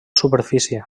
superfície